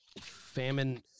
famine